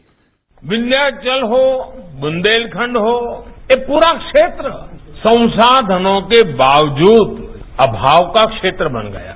bite Vindhyachal हो बुंदेलखंड हो ये पूरा क्षेत्र संसाधनों के बावजूद अभाव का क्षेत्र बन गया है